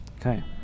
Okay